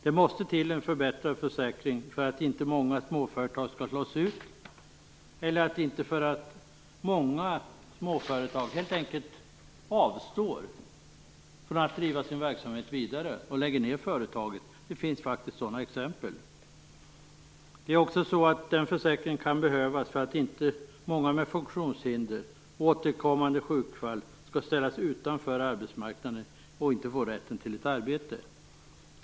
Det måste till en förbättrad försäkring för att många småföretag inte skall slås ut eller för att många småföretag inte skall avstå från att driva sin verksamhet vidare och lägga ned sitt företag. Det finns faktiskt sådana exempel. Den försäkringen kan också behövas för att många med funktionshinder och återkommande sjukfall inte skall ställas utanför arbetsmarknaden och inte få rätten till ett arbete.